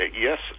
Yes